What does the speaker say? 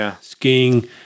skiing